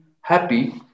happy